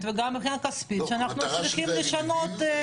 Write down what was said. וגם מבחינה כספית שאנחנו צריכים לשנות.